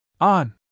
On